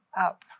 up